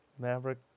Maverick